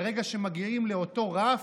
ורק ברגע שמגיעים לאותו רף,